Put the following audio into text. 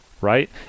right